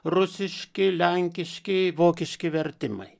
rusiški lenkiški vokiški vertimai